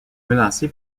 menacé